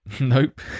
Nope